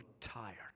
tired